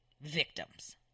victims